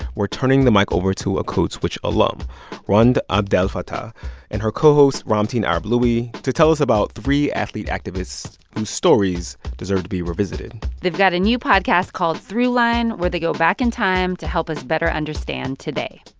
we're turning the mic over to a code switch alum rund abdelfatah and her co-host, ramtin arablouei to tell us about three athlete activists whose um stories deserve to be revisited they've got a new podcast called throughline where they go back in time to help us better understand today